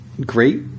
great